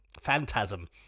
Phantasm